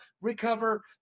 recover